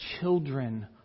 children